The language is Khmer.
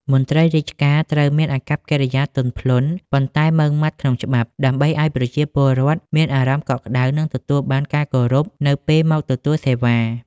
មន្ត្រីរាជការត្រូវមានអាកប្បកិរិយាទន់ភ្លន់ ប៉ុន្តែម៉ឺងម៉ាត់ក្នុងច្បាប់ ដើម្បីឱ្យប្រជាពលរដ្ឋមានអារម្មណ៍កក់ក្តៅ និងទទួលបានការគោរពនៅពេលមកទទួលសេវា។